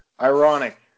ironic